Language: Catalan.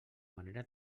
manera